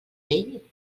vell